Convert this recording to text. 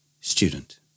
Student